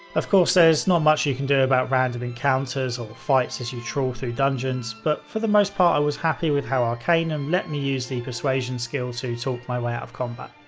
of course, there's not much you can do about random encounters or fights as you trawl through dungeons, however, but for the most part, i was happy with how arcanum let me use the persuasion skill to talk my way out of combat.